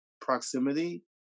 proximity